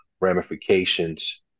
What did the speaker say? ramifications